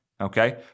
okay